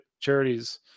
charities